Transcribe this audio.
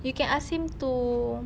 you can ask him to